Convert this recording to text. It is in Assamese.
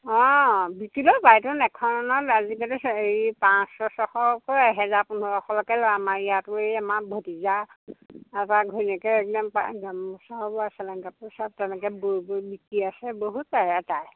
অঁ বিক্ৰী গ'ল বাইদেউ এখনত আজিকালি এই পাঁচ ছশকৈ এহেজাৰ পোন্ধৰশলৈকে লয় আমাৰ ইয়াতো এই আমাৰ ভটিজা তাৰপা ঘৈণীয়েকে একদম পা গামোচা এইবিলাক চেলেঙ কাপোৰ ছাৰ্ট তেনেকে বৈ বৈ বিকি আছে বহুত পাই আ টাৰে